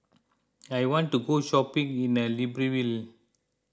I want to go shopping in Libreville